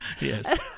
Yes